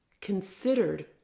considered